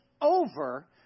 over